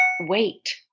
wait